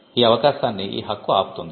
ఈ అవకాశాన్ని ఈ హక్కు ఆపుతుంది